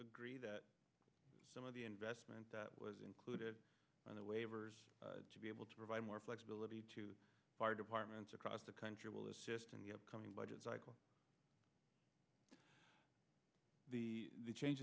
agree that some of the investment that was included in the waivers to be able to provide more flexibility to fire departments across the country will assist in the upcoming budget cycle the change